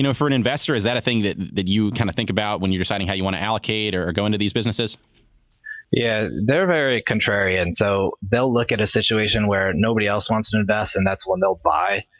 for an investor, is that a thing that that you kind of think about when you're deciding how you want to allocate or or go into these businesses? dilallo yeah, they're very contrarian. so they'll look at a situation where nobody else wants to to invest, and that's when they'll buy.